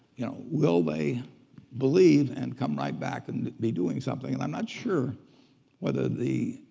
you know will they believe and come right back and be doing something? and i'm not sure whether the,